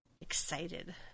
excited